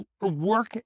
work